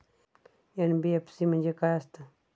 NBFC म्हणजे खाय आसत?